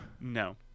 No